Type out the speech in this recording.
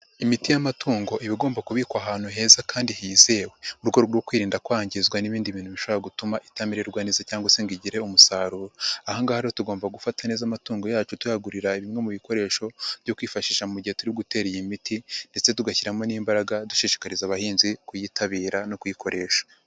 Imiti y'amatungo iba igomba kubikwa ahantu heza kandi hizewe, mu rwego rwo kwirinda kwangizwa n'ibindi bintu bishobora gutuma itamererwa neza cyangwa se ngo igi umusaruro, aha ngaha rero tugomba gufata neza amatungo yacu tuyagurira bimwe mu bikoresho byo kwifashisha mu gihe turi gutera iyi miti ndetse tugashyiramo n'imbaraga dushishikariza abahinzi kuyitabira no kuyikoresha.